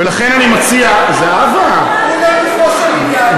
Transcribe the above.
ולכן אני מציע, זהבה, מה אתה עונה לגופו של עניין?